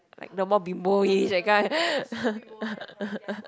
like the more bimboish that kind